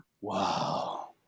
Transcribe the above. Wow